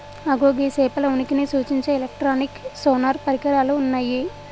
అగో గీ సేపల ఉనికిని సూచించే ఎలక్ట్రానిక్ సోనార్ పరికరాలు ఉన్నయ్యి